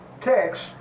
text